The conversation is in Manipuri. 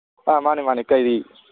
ꯑꯥ ꯃꯥꯅꯦ ꯃꯥꯅꯦ ꯀꯔꯤ